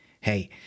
Hey